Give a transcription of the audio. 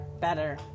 better